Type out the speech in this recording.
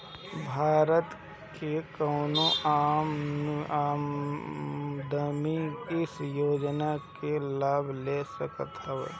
भारत के कवनो आदमी इ योजना के लाभ ले सकत हवे